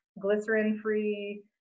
glycerin-free